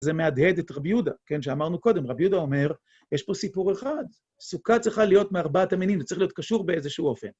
זה מהדהד את רבי יהודה, שאמרנו קודם, רבי יהודה אומר, יש פה סיפור אחד, סוכה צריכה להיות מארבעת המינים, זה צריך להיות קשור באיזשהו אופן.